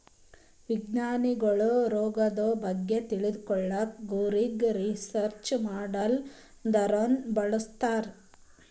ವಿಜ್ಞಾನಿಗೊಳ್ ರೋಗದ್ ಬಗ್ಗೆ ತಿಳ್ಕೊಳಕ್ಕ್ ಕುರಿಗ್ ರಿಸರ್ಚ್ ಮಾಡಲ್ ಥರಾನೂ ಬಳಸ್ತಾರ್